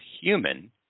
human